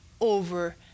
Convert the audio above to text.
over